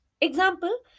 Example